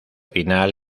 final